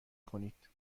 کنید